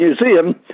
Museum